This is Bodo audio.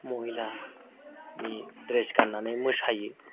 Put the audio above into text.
महिलानि ड्रेस गाननानै मोसायो